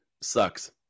sucks